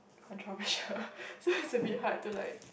controversial so it's to be hard to like